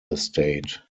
estate